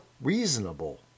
reasonable